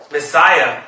Messiah